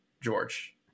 George